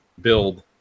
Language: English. build